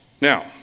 Now